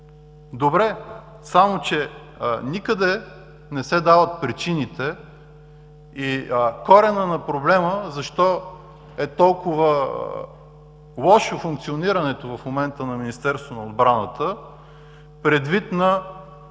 Добре, само че никъде не се дават причините и коренът на проблема – защо е толкова лошо функционирането в момента на Министерството на отбраната, предвид